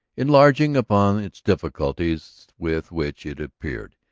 enlarging upon its difficulties, with which, it appeared,